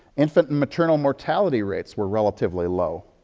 infant and maternal mortality rates were relatively low.